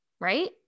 Right